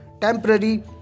temporary